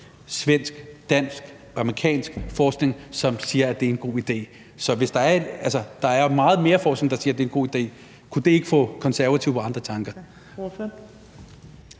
svensk, dansk, amerikansk forskning, som siger, at det er en god idé? Så der er jo meget mere forskningen, der siger, at det er en god idé. Kunne det ikke få Konservative på andre tanker?